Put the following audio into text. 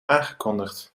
aangekondigd